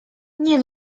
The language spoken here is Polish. nie